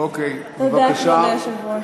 כבוד היושב-ראש,